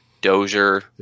Dozier